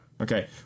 Okay